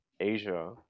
Asia